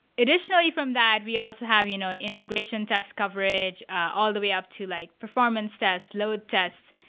initially from that, we also have you know integration test coverage, all the way up to like performance test, load tests,